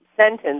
sentence